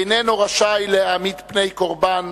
איננו רשאי להעמיד פני קורבן,